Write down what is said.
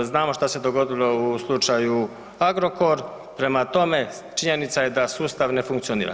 Znamo šta se dogodilo u slučaju Agrokor, prema tome činjenica je da sustav ne funkcionira.